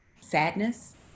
sadness